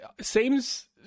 seems